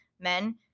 men